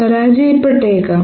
പരാജയപ്പെട്ടേക്കാം